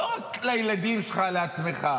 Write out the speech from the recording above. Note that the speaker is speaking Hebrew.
לא רק לילדים שלך ולעצמך,